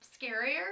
scarier